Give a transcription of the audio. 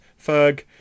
Ferg